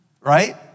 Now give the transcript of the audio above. right